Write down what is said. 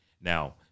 Now